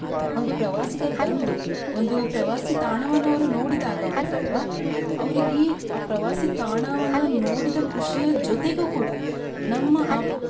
ಒಂದು ಪ್ರವಾಸಿಗರು ಬಂದು ಒಂದು ಪ್ರವಾಸಿ ತಾಣವನ್ನು ಅವರು ನೋಡಿದಾಗ ಉಂಟಲ್ವಾ ಅವರಿಗೆ ಆ ಪ್ರವಾಸಿ ತಾಣವನ್ನು ನೋಡಿದ ಖುಷಿಯ ಜೊತೆಗೂ ಕೂಡ ನಮ್ಮ